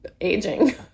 aging